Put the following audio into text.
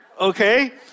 okay